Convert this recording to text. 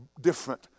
different